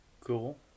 Cool